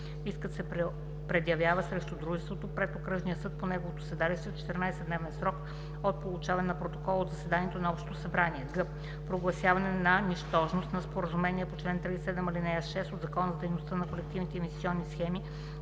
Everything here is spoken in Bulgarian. искът се предявява срещу дружеството пред окръжния съд по неговото седалище в 14-дневен срок от получаването на протокола от заседанието на общото събрание; г) прогласяване на нищожност на споразумения по чл. 37, ал. 6 от Закона за дейността на колективните инвестиционни схеми